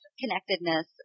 connectedness